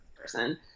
person